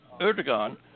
Erdogan